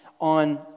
On